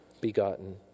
begotten